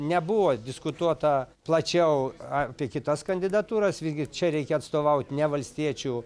nebuvo diskutuota plačiau apie kitas kandidatūras visgi čia reikia atstovaut ne valstiečių